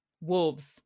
wolves